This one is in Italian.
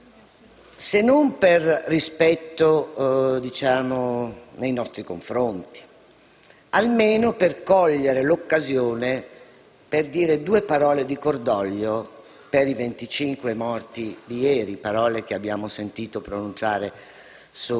Se non per rispetto nei nostri confronti, poteva almeno cogliere l'occasione per dire due parole di cordoglio per i 25 morti di ieri - queste parole le abbiamo sentite pronunciare